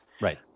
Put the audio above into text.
Right